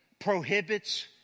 prohibits